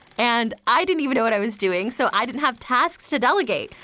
and i didn't even know what i was doing, so i didn't have tasks to delegate.